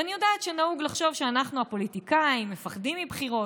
ואני יודעת שנהוג לחשוב שאנחנו הפוליטיקאים מפחדים מבחירות,